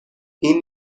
این